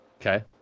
Okay